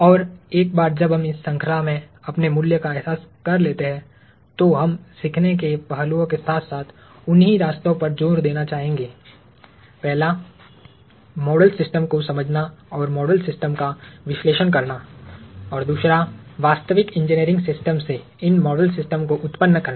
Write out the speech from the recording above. और एक बार जब हम इस श्रृंखला में अपने मूल्य का एहसास कर लेते हैं तो हम सीखने के पहलुओं के साथ साथ उन्हीं रास्तों पर जोर देना चाहेंगे पहला मॉडल सिस्टम को समझना और मॉडल सिस्टम का विश्लेषण करना और दूसरा वास्तविक इंजीनियरिंग सिस्टम से इन मॉडल सिस्टम को उत्पन्न करना